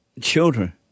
children